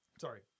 Sorry